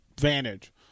vantage